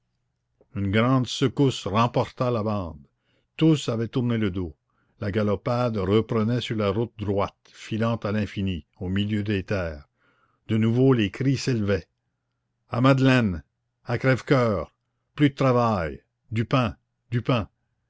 une grande secousse remporta la bande tous avaient tourné le dos la galopade reprenait sur la route droite filant à l'infini au milieu des terres de nouveau les cris s'élevaient a madeleine à crèvecoeur plus de travail du pain du pain